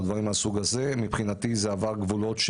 דברים מהסוג הזה מבחינתי זה עבר גבולות.